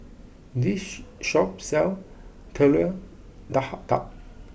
this shop sells Telur Dadah